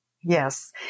Yes